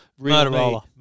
Motorola